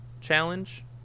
challenge